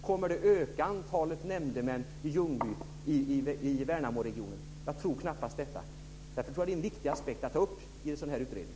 Kommer det att öka antalet nämndemän i Ljungby och Värnamoregionen? Jag tror knappast detta. Därför tror jag att det är en viktig aspekt att ta upp i en sådan utredning.